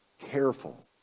careful